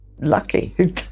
lucky